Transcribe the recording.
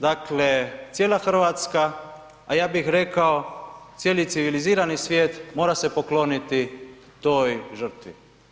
Dakle, cijela Hrvatska, a ja bih rekao cijeli civilizirani svijet mora se pokloniti toj žrtvi.